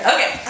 Okay